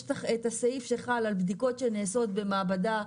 יש הסעיף שחל על בדיקות שנעשות במעבדה.